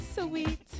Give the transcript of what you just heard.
sweet